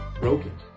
broken